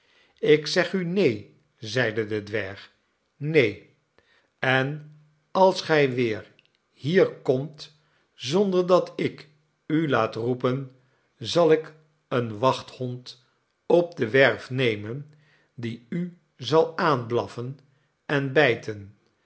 ik zeg u neen i zeide de dwerg neen en als gij weer hier komt zonder dat ik u laat roepen zal ik een wachthond op de werf nemen die u zal aanblaffen en byten